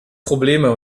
probleme